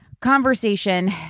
conversation